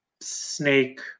Snake